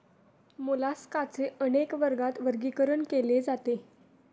मोलास्काचे अनेक वर्गात वर्गीकरण केले जाते